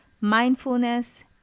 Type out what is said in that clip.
Mindfulness